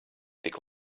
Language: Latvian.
tik